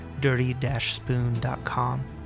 dirty-spoon.com